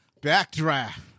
Backdraft